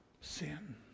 Sin